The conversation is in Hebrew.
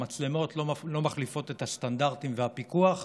המצלמות לא מחליפות את הסטנדרטים והפיקוח,